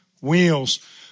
wheels